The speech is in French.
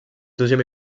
deuxième